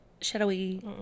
shadowy